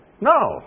No